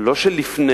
לא של לפני,